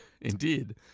indeed